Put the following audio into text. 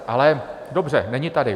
Ale dobře, není tady.